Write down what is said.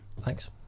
Thanks